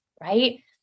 right